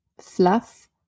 fluff